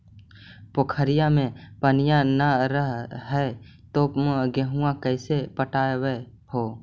पोखरिया मे पनिया न रह है तो गेहुमा कैसे पटअब हो?